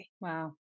Wow